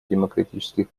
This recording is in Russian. демократических